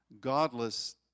godless